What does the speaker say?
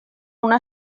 una